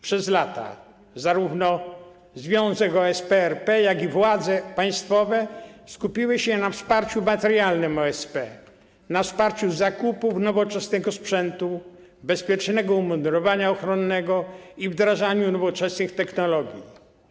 Przez lata zarówno Związek OSPRP, jak i władze państwowe skupiały się na wsparciu materialnym OSP, na wsparciu w zakupach nowoczesnego sprzętu, bezpiecznego umundurowania ochronnego i we wdrażaniu nowoczesnych technologii.